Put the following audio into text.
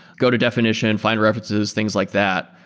go to definition, and find references, things like that.